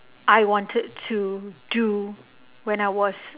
I wanted to do when I was